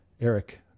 Eric